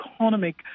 economic